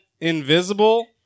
invisible